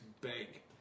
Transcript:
bank